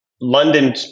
London